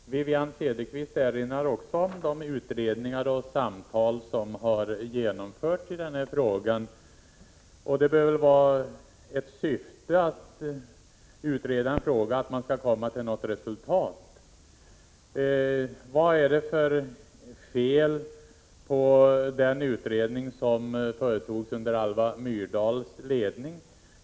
Fru talman! Wivi-Anne Cederqvist erinrar också om de utredningar och samtal som har genomförts i den här frågan. Det bör väl vara syftet då en fråga utreds att man skall komma till något resultat. Vad är det för fel på den utredning som företogs under Alva Myrdals ledning?